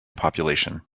population